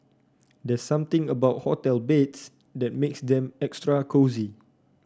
there's something about hotel beds that makes them extra cosy